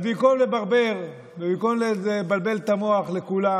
אז במקום לברבר ובמקום לבלבל את המוח לכולם